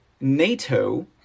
NATO